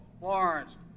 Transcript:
lawrence